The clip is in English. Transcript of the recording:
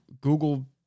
Google